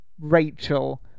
Rachel